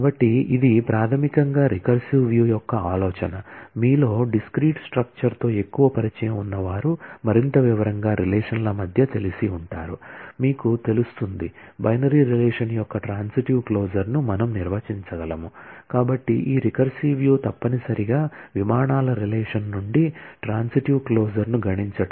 కాబట్టి ఇది ప్రాథమికంగా రికర్సివ్ వ్యూ తప్పనిసరిగా విమానాల రిలేషన్ నుండి ట్రాన్సిటివ్ క్లోజర్ ను గణించడం